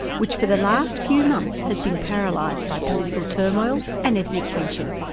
which for the last few months has been paralysed by political turmoil and ethnic tension.